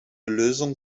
lösung